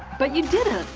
but, you didn't.